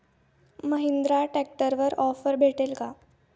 महिंद्रा ट्रॅक्टरवर ऑफर भेटेल का?